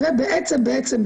ובעצם בעצם,